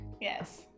Yes